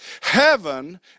Heaven